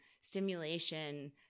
stimulation